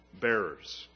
bearers